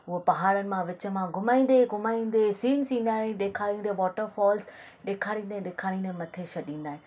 हूअं पहाड़नि मां विच मां घुमाईंदे घुमाईंदे सीन सीनारी ॾेखारींदे वाटरफॉल्स ॾेखारींदे ॾेखारींदे मथे छ्ॾींदा आहिनि